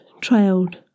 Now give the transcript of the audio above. trailed